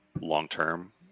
long-term